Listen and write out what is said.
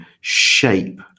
shape